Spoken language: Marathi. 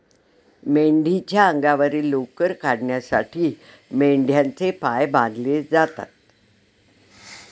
मेंढीच्या अंगावरील लोकर काढण्यासाठी मेंढ्यांचे पाय बांधले जातात